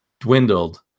dwindled